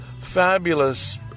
Fabulous